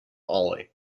ollie